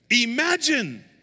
Imagine